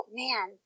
man